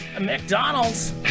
McDonald's